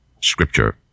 Scripture